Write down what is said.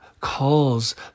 calls